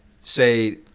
say